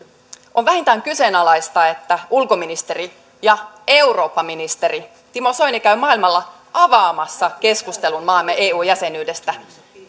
on vähintään kyseenalaista että ulkoministeri ja eurooppaministeri timo soini käy maailmalla avaamassa keskustelun maamme eu jäsenyydestä